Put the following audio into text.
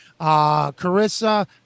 Carissa